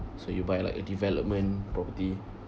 so you buy like a development property